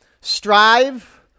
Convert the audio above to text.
Strive